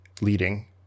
leading